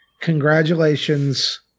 congratulations